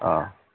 ꯑꯥ